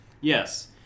yes